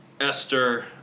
Esther